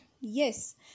yes